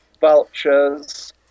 vultures